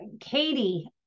Katie